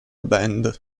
band